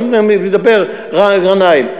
אתה מדבר, גנאים.